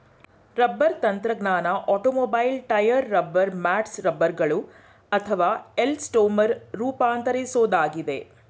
rubber ತಂತ್ರಜ್ಞಾನ automobile tyre rubber mats ರಬ್ಬರ್ಗಳು ಅಥವಾ ಎಲಾಸ್ಟೊಮರ್ ರೂಪಾಂತರಿಸೋದಾಗಿದೆ